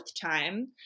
time